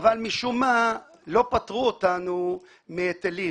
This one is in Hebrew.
אבל משום מה לא פטרו אותנו מהיטלים.